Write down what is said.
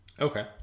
okay